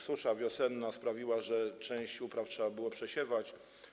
Susza wiosenna sprawiła, że część upraw trzeba było przesiewać.